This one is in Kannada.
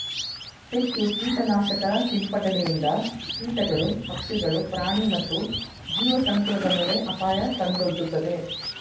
ಹೆಚ್ಚು ಕೀಟನಾಶಕ ಸಿಂಪಡಣೆಯಿಂದ ಕೀಟಗಳು, ಪಕ್ಷಿಗಳು, ಪ್ರಾಣಿ ಮತ್ತು ಜೀವಸಂಕುಲದ ಮೇಲೆ ಅಪಾಯ ತಂದೊಡ್ಡುತ್ತದೆ